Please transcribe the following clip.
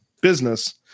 business